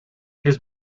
his